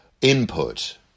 input